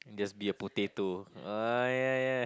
just be a potato ah ya ya